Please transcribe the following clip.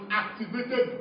activated